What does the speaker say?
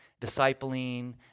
discipling